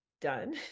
done